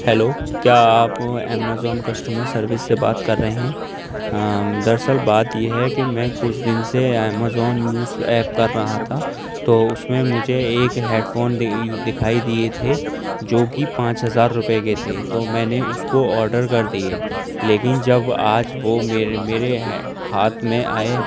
hello کیا آپ Amazon customer service سے بات کر رہے ہیں دراصل بات یہ ہے کہ میں کچھ دن سے امیزون یوز ایپ کر رہا تھا تو اس میں مجھے ایک ہیڈ فون دکھائی دیے تھے جو کہ پانچ ہزار روپے کے تھے تو میں نے اس کو آڈر کر دیے لیکن جب آج وہ میرے میرے ہاتھ میں آئے